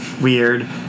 weird